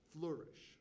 flourish